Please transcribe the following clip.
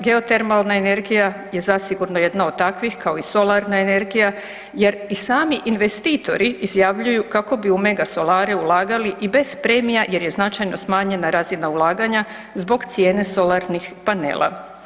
Geotermalna energija je zasigurno jedna od takvih kao i solarna energija jer i sami investitori izjavljuju kako bi u megasolare ulagali i bez premija jer je značajno smanjena razina ulaganja zbog cijene solarnih panela.